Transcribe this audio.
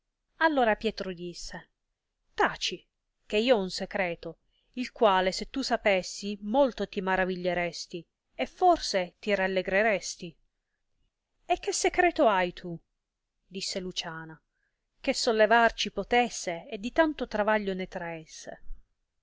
allora pietro disse taci che io ho un secreto il quale se tu sapessi molto ti maraviglieresti e forse ti rallegreresti e che secreto hai tu disse luciana che sollevar ci potesse e di tanto travaglio ne traesse